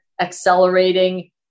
accelerating